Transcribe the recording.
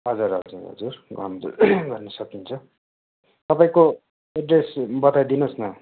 हजुर हजुर हजुर होम डेलिभरी गर्न सकिन्छ तपाईँको एड्रेस बताइदिनुहोस् न